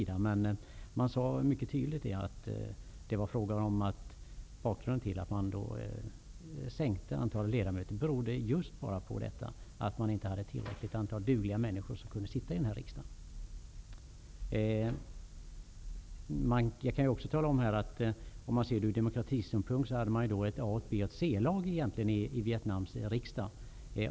Det sades mycket tydligt att bakgrunden till att man minskade antalet ledamöter var att det inte fanns tillräckligt antal dugliga människor som kunde sitta i riksdagen. Om vi ser det ur demokratisynpunkt fanns det egentligen ett A-, ett B och ett C-lag i Vietnams riksdag.